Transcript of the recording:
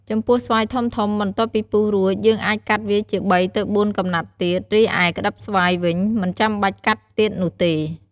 ចំពោះស្វាយធំៗ បន្ទាប់ពីពុះរួច យើងអាចកាត់វាជា ៣ ទៅ ៤ កំណាត់ទៀត រីឯក្តិបស្វាយវិញ មិនចាំបាច់កាត់ទៀតនោះទេ។